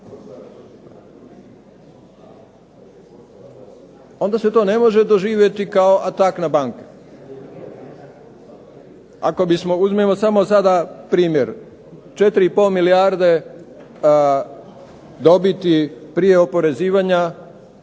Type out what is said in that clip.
onda se to ne može doživjeti kao atak na banke. Ako bismo, uzmimo samo sada primjer 4,5 milijarde dobiti prije oporezivanja